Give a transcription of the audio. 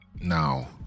Now